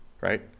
right